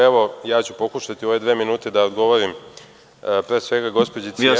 Evo, ja ću pokušati u ove dve minute da odgovorim, pre svega, gospođici…